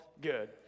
good